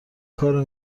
کارو